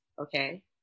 okay